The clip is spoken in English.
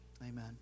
amen